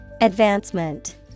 Advancement